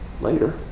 later